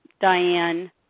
Diane